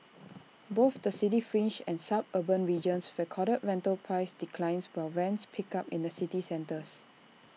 both the city fringe and suburban regions recorded rental price declines while rents picked up in the city centres